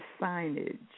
signage